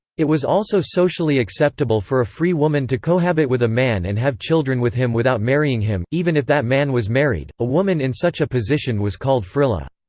it was also socially acceptable for a free woman to cohabit with a man and have children with him without marrying him, even if that man was married a woman in such a position was called frilla.